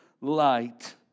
light